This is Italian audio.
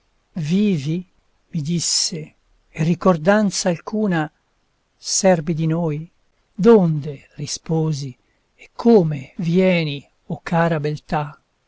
mi disse e ricordanza alcuna serbi di noi donde risposi e come vieni o cara beltà